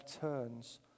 turns